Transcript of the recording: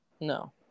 No